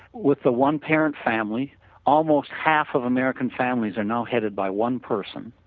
with a one parent family almost half of american families are now headed by one person.